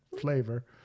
flavor